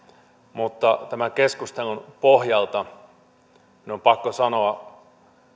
mutta tämän keskustelun pohjalta minun on pakko sanoa